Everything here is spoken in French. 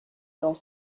dans